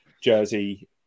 jersey